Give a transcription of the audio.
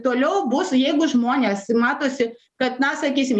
toliau bus jeigu žmonės matosi kad na sakysim